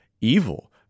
evil